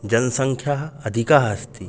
जनसङ्ख्या अधिका अस्ति